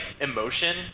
emotion